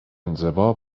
انزوا